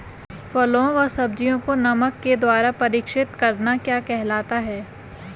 फलों व सब्जियों को नमक के द्वारा परीक्षित करना क्या कहलाता है?